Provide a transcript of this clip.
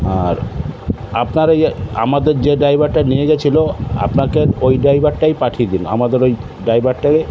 আর আপনার ওই আমাদের যে ড্রাইভারটা নিয়ে গেছিলো আপনাকে ওই ড্রাইভারটাই পাঠিয়ে দিন আমাদের ওই ড্রাইভারটাকে